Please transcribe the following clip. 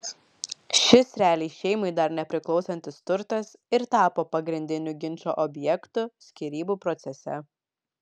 šis realiai šeimai dar nepriklausantis turtas ir tapo pagrindiniu ginčo objektu skyrybų procese